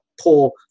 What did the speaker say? poor